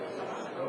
טרומית,